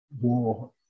war